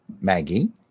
Maggie